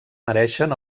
mereixen